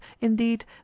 indeed